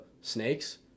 snakes